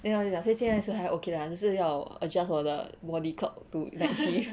then 他就讲所以现在是还 okay lah 就是要 adjust 我的 body clock to night shift